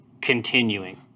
continuing